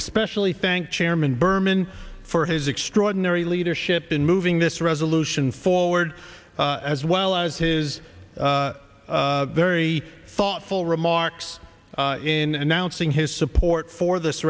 especially thank chairman berman for his extraordinary leadership in moving this resolution forward as well as his very thoughtful remarks in announcing his support for this